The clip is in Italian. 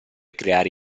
creare